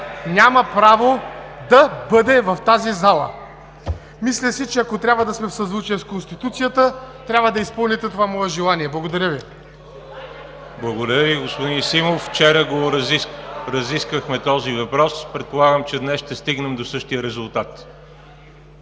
няма право да бъде в тази зала. Мисля си, че ако трябва да сме в съзвучие с Конституцията, трябва да изпълните това мое желание. Благодаря Ви. ПРЕДСЕДАТЕЛ ВАЛЕРИ ЖАБЛЯНОВ: Благодаря Ви, господин Симов. Вчера го разисквахме този въпрос. Предполагам, че днес ще стигнем до същия резултат.